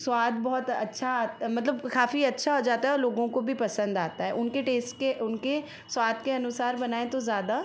स्वाद बहुत अच्छा मतलब काफ़ी अच्छा हो जाता है और लोगों को भी पसंद आता है उनके टेस्ट के उनके स्वाद के अनुसार बनाए तो ज़्यादा